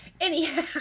Anyhow